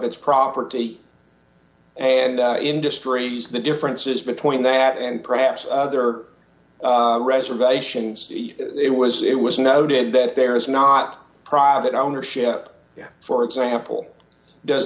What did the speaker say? its property and industries the differences between that and perhaps other reservations it was it was noted that there is not private ownership for example does